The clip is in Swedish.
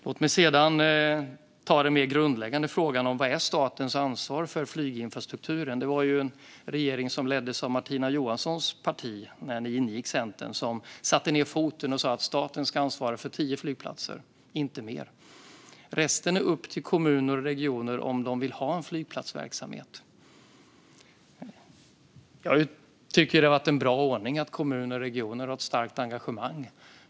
Låt mig sedan ta den mer grundläggande frågan om vad som är statens ansvar för flyginfrastrukturen. Det var ju en regering där Martina Johanssons parti Centern ingick som satte ned foten och sa att staten ska ansvara för tio flygplatser, inte mer. Resten är upp till kommuner och regioner om de vill ha en flygplatsverksamhet. Jag tycker att det har varit en bra ordning att kommuner och regioner har ett starkt engagemang.